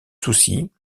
soucy